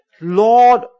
Lord